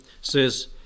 says